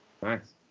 thanks